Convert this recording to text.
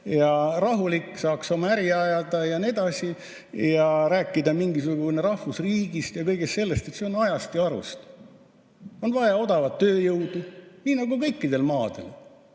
ja rahulik, saaks oma äri ajada ja nii edasi. Rääkida mingisugusest rahvusriigist ja kõigest sellest, see on ju ajast ja arust. On vaja odavat tööjõudu, nii nagu kõikidel maadel,